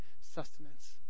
sustenance